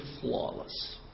flawless